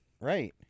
Right